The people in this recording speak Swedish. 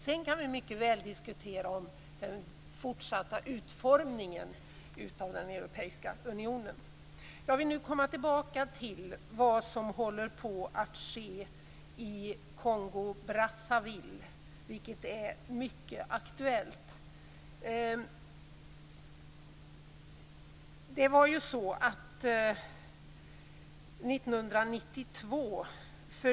Sedan kan vi mycket väl diskutera den fortsatta utformningen av den europeiska unionen. Jag vill nu komma tillbaka till vad som håller på att ske i Kongo-Brazzaville. Det är mycket aktuellt.